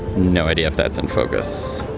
no idea if that's in focus.